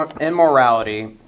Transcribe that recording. immorality